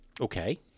Okay